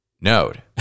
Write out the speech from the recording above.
node